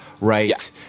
right